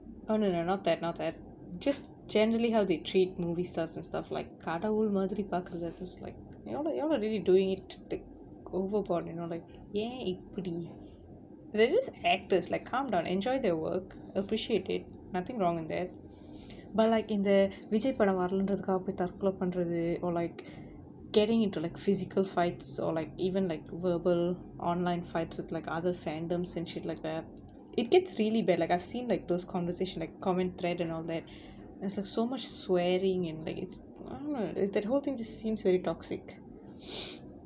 oh no no no not that not that just generally how they treat movie stars and stuff like கடவுள மாதிரி பாக்றது:kadavul mathiri paakrathu just like you know you all are really doing it overboard you know like ஏன் இப்படி:yaen ippadi they're just actors like calm down enjoy their work appreciate it nothing wrong with that but like in the vijay படம் வரலன்றதுக்காக போய் தற்கொல பண்றது:padam varalandrathukkaaga poi tharkola panrathu or like getting into like physical fights or like even like verbal online fights with like other fandoms and shit like that it gets really bad like I've seen like those conversation like comment thread and all that there's like so much swearing like ugh that whole thing seems very toxic